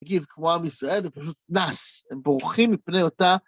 תגיב כמו עם ישראל, זה פשוט נס, הם בורחים מפני אותה.